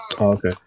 okay